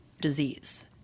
disease